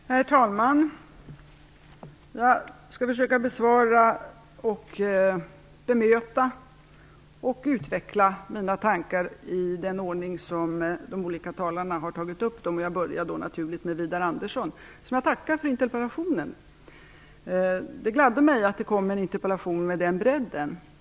Herr talman! Jag skall försöka besvara och bemöta det sagda. Jag skall utveckla mina tankar i den ordning som talarna har tagit upp de olika frågorna. Jag börjar naturligen med Widar Andersson. Jag tackar för hans interpellation. Det gladde mig att få en interpellation med en sådan bredd.